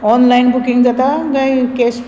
online booking जाता काय cash